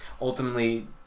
ultimately